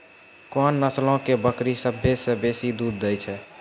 कोन नस्लो के बकरी सभ्भे से बेसी दूध दै छै?